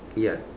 ya